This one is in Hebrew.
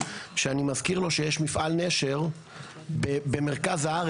שאני מזכיר לו שיש מפעל נשר במרכז הארץ,